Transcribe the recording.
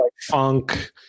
funk